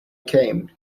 came